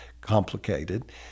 complicated